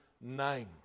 name